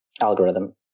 algorithm